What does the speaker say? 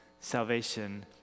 salvation